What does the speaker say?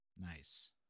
Nice